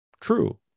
true